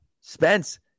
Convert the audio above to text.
Spence